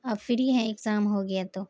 اب فری ہیں اگزام ہو گیا تو